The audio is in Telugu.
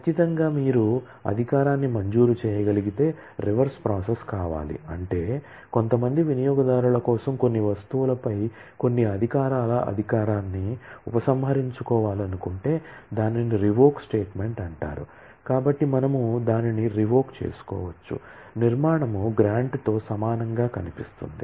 ఖచ్చితంగా మీరు అధికారాన్ని మంజూరు చేయగలిగితే రివర్స్ ప్రాసెస్ కావాలి అంటే కొంతమంది వినియోగదారుల కోసం కొన్ని వస్తువులపై కొన్ని అధికారాల అధికారాన్ని ఉపసంహరించుకోవాలనుకుంటే దానిని రివోక్ తో సమానంగా కనిపిస్తుంది